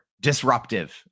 disruptive